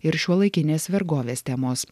ir šiuolaikinės vergovės temos